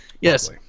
yes